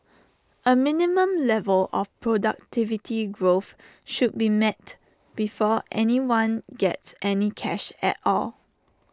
A minimum level of productivity growth should be met before anyone gets any cash at all